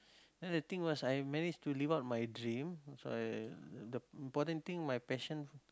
and the thing was I managed to live up dream so I the important thing my passion